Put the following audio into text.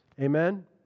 Amen